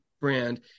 brand